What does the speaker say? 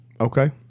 Okay